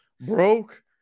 broke